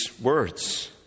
words